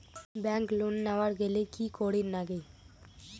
Bank loan নেওয়ার গেইলে কি করীর নাগে?